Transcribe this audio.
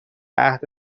عهد